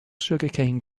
sugarcane